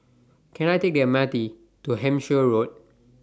Can I Take The M R T to Hampshire Road